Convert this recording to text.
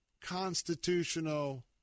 constitutional